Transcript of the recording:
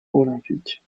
olympique